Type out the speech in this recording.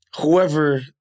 whoever